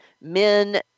men